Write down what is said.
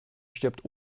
stirbt